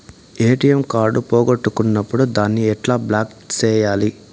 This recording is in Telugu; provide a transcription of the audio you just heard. ఎ.టి.ఎం కార్డు పోగొట్టుకున్నప్పుడు దాన్ని ఎట్లా బ్లాక్ సేయాలి